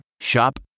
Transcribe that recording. Shop